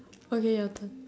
okay your turn